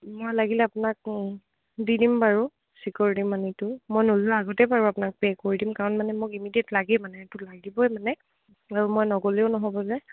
মই লাগিলে আপোনাক দি দিম বাৰু চিকিউৰিটি মানিটো মই ন'লোৱা আগতেই বাৰু আপোনাক পে' কৰি দিম কাৰণ মানে মোক ইমিডিয়েট লাগে মানে এইটো লাগিবই মানে আৰু মই নগ'লেও নহ'ব যে